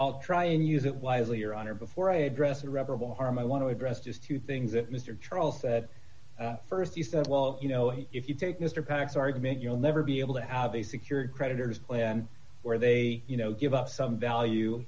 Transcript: i'll try and use it while you're on or before i address irreparable harm i want to address just two things that mr troll said st he said well you know if you take mr pacs argument you'll never be able to have a secured creditors plan where they you know give up some value